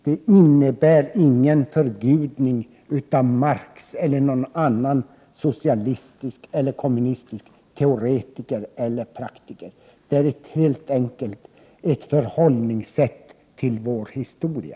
Det innebär ingen förgudning av Marx eller någon annan socialistisk eller kommunistisk teoretiker eller praktiker. Det är helt enkelt ett förhållningssätt till vår historia.